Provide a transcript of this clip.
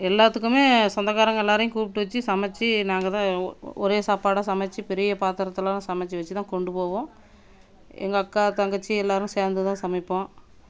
எல்லாத்துக்குமே சொந்தக்காரங்க எல்லாரையும் கூப்பிட்டு வச்சி சமைச்சி நாங்கள் தான் ஒரே சாப்பாடாக சமைச்சி பெரிய பாத்திரத்தில் தான் சமைச்சி வச்சி தான் கொண்டு போவோம் எங்கள் அக்கா தங்கச்சி எல்லாரும் சேர்ந்து தான் சமைப்போம்